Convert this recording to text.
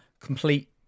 complete